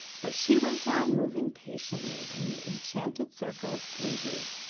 but she went on moving patiently in the enchanted circle of slavery,